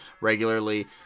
regularly